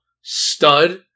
stud